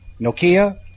Nokia